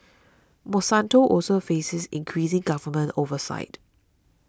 Monsanto also faces increasing government oversight